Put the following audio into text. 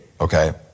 okay